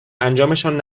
انجامشان